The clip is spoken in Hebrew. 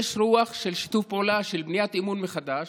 של שיתוף פעולה, של בניית אמון מחדש.